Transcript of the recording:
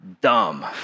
dumb